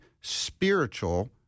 spiritual